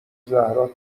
زهرا